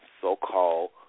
So-called